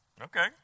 Okay